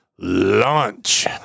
Launch